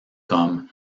comme